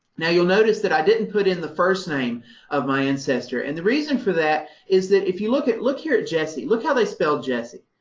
now you'll notice that i didn't put in the first name of my ancestor. and the reason for that is that if you look at, look here at jesse. look how they spelled jesse,